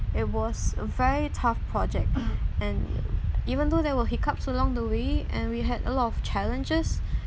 it was a very tough project and even though there were hiccups along the way and we had a lot of challenges